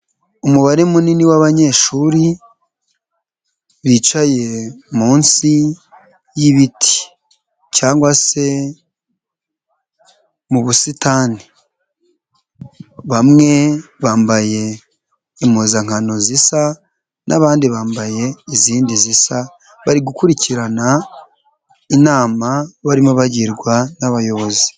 Umubare munini w'abanyeshuri bicaye munsi y'ibiti cyangwa se mu busitani bamwe bambaye impuzankano zisa n'abandi bambaye izindi zisa bari gukurikirana inama barimo bagirwa n'abayobozi.